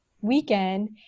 weekend